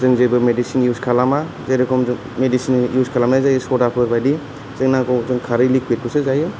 जों जेबो medicine use खालामा जेरेखम मेदिसि युस खालामनाय जायो सदाफोरबादि जोंना जों खरै लिक्विदखौसो जायो